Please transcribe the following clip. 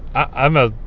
i'm a